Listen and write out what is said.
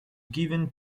given